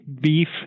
beef